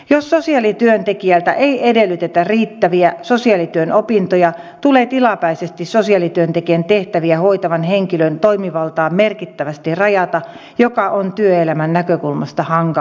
jos sosiaalityöntekijältä ei edellytetä riittäviä sosiaalityön opintoja tulee tilapäisesti sosiaalityöntekijän tehtäviä hoitavan henkilön toimivaltaa merkittävästi rajata mikä on työelämän näkökulmasta hankalaa